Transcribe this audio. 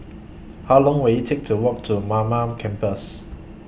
How Long Will IT Take to Walk to Mamam Campus